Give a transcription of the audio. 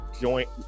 joint